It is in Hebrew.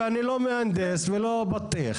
ואני לא מהנדס ולא בטיח.